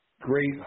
great